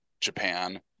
japan